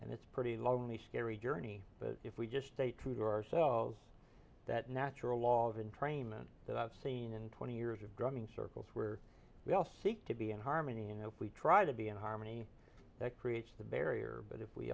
and it's pretty lonely scary journey but if we just stay true to ourselves that natural law given trainmen that i've seen in twenty years of drumming circles where we all seek to be in harmony you know if we try to be in harmony that creates the barrier but if we